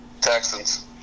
Texans